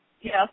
Yes